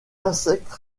insectes